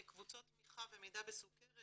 קבוצות תמיכה ומידע בסוכרת